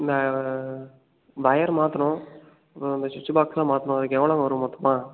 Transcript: நான் ஒயரு மாற்றணும் அப்புறம் அந்த ஸ்விட்ச்சு பாக்ஸ்ஸெல்லாம் மாற்றணும் அதுக்கு எவ்வளோ வரும் மொத்தமாக